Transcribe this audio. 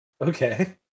Okay